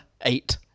Eight